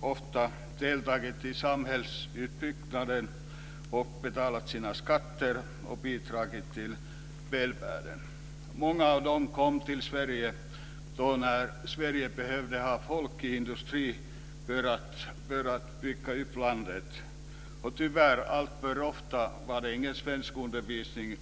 ofta deltagit i samhällsuppbyggnaden, de har betalat sina skatter och de har bidragit till välfärden. Många av dem kom till Sverige när vårt land behövde få folk till industrin för att bygga upp landet. Tyvärr fick de ofta ingen svenskundervisning.